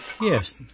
Yes